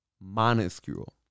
minuscule